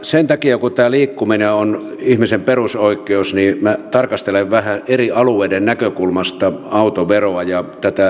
sen takia kun tämä liikkuminen on ihmisen perusoikeus minä tarkastelen vähän eri alueiden näkökulmasta autoveroa ja tätä liikkumista